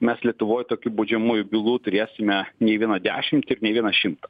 mes lietuvoj tokių baudžiamųjų bylų turėsime ne vieną dešimtį ir ne vieną šimtą